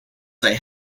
they